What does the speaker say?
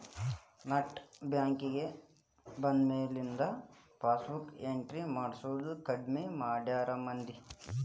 net banking ಬಂದ್ಮ್ಯಾಲಿಂದ passbook entry ಮಾಡ್ಸೋದ್ ಕಡ್ಮಿ ಮಾಡ್ಯಾರ ಮಂದಿ